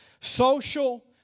Social